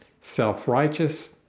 self-righteous